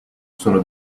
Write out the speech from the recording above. sono